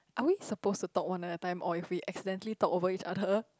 are we supposed to talk one at a time or if we accidentally talk over each other